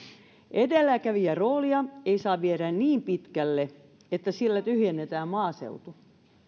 edelläkävijäroolia ei saa viedä niin pitkälle että sillä tyhjennetään maaseutu että